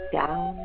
down